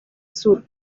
sur